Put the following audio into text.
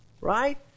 right